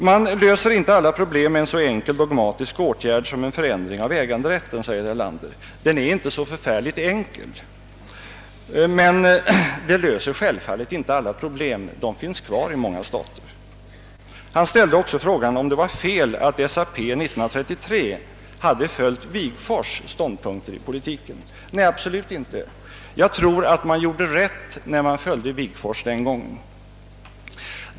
Man löser inte alla problem med en så enkel dogmatisk åtgärd som en förändring av äganderätten, säger herr Erlander. Den är inte så förfärligt enkel. Denna förändring löser självfallet inte alla problem, de finns kvar i många stater. Herr Erlander frågar också om det var fel att SAP år 1933 följde herr Wigforss” ståndpunkter i politiken. Nej, absolut inte. Jag tror att man gjorde rätt när man den gången följde herr Wigforss.